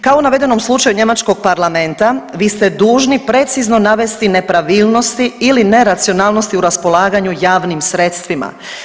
Kao u navedenom slučaju njemačkog Parlamenta vi ste dužni precizno navesti nepravilnosti ili neracionalnosti u raspolaganju javnim sredstvima.